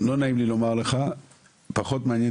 לא נעים לי לומר לך אבל זה פחות מעניין